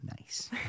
nice